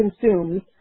consumes